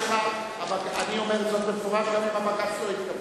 אני אומר זאת במפורש, גם אם בג"ץ לא התכוון: